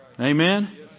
Amen